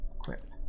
Equip